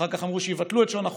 אחר כך אמרו שיבטלו את שעון החורף,